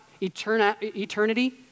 eternity